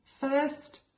First